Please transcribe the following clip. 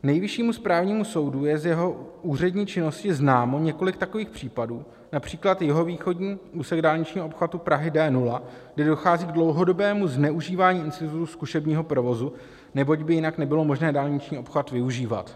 Nejvyššímu správnímu soudu je z jeho úřední činnosti známo několik takových případů, například jihovýchodní úsek dálničního obchvatu Prahy D0, kdy dochází k dlouhodobému zneužívání institutu zkušebního provozu, neboť by jinak nebylo možné dálniční obchvat využívat.